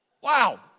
Wow